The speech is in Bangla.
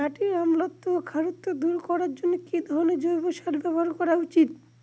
মাটির অম্লত্ব ও খারত্ব দূর করবার জন্য কি ধরণের জৈব সার ব্যাবহার করা উচিৎ?